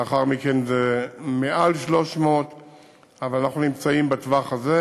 לאחר מכן זה מעל 300. אבל אנחנו נמצאים בטווח הזה,